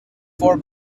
four